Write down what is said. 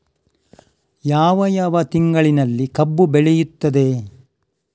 ಯಾವ ಯಾವ ತಿಂಗಳಿನಲ್ಲಿ ಕಬ್ಬು ಬೆಳೆಯುತ್ತದೆ?